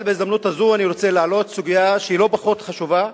אבל בהזדמנות הזו אני רוצה להעלות סוגיה שהיא לא פחות חשובה,